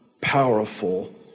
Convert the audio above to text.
powerful